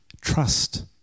trust